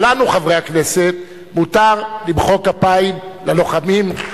אבל לנו, חברי הכנסת, מותר למחוא כפיים ללוחמים.